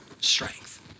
strength